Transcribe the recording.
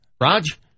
Raj